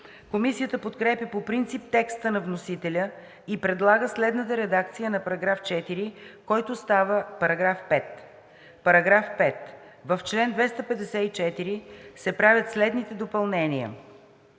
Комисията подкрепя по принцип текста на вносителя и предлага следната редакция на § 4, който става § 5: „§ 5. В чл. 254 се правят следните допълнения: